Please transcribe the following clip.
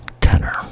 tenor